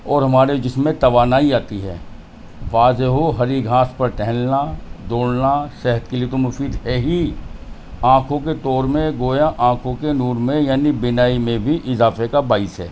اور ہمارے جسم میں توانائی آتی ہے واضح ہو ہری گھاس پر ٹہلنا دوڑنا صحت کے لیے تو مفید ہے ہی آنکھوں کے طور میں گویا آنکھوں کے نور میں یعنی بینائی میں بھی اضافے کا باعث ہے